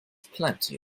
plenty